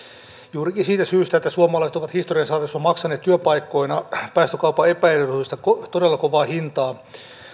juurikin siitä syystä että suomalaiset ovat historian saatossa maksaneet työpaikkoina päästökaupan epäedullista todella kovaa hintaa